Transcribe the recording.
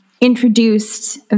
introduced